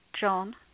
John